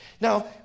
Now